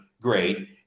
Great